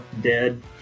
Dead